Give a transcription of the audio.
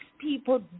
people